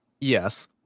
Yes